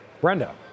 Brenda